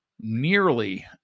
nearly